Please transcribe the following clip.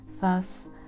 thus